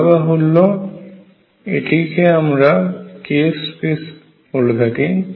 বলাবাহুল্য এটিকে আমরা k space বলে থাকি